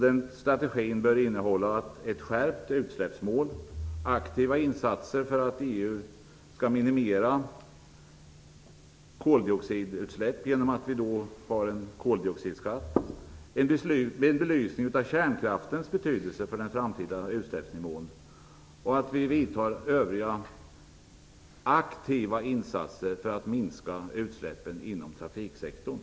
Den strategin bör innehålla ett skärpt utsläppsmål, aktiva insatser för att EU skall minimera koldioxidutsläpp genom en koldioxidskatt, en belysning av kärnkraftens betydelse för den framtida utsläppsnivån och att vi vidtar övriga aktiva insatser för att minska utsläppen inom trafiksektorn.